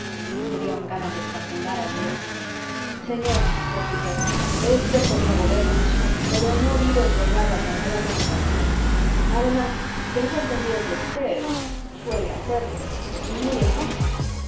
me dieron ganas de estrangular al viejo señor repliqué es cierto que hago versos pero no vivo entregado a tan grata ocupación además tengo entendido que usted suele hacerlos y muy hermosos